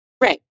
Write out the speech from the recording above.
Right